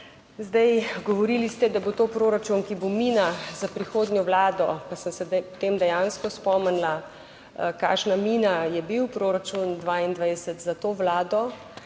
Zdaj govorili ste, da bo to proračun, ki bo mina za prihodnjo Vlado, pa sem se potem dejansko spomnila, kakšna mina je bil proračun 22 za to vlado,